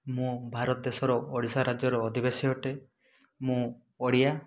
ମୁଁ ଭାରତ ଦେଶର ଓଡ଼ିଶା ରାଜ୍ୟର ଅଧିବାସୀ ଅଟେ ମୁଁ ଓଡ଼ିଆ